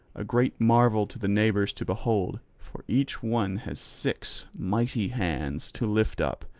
a great marvel to the neighbours to behold for each one has six mighty hands to lift up,